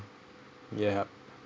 yup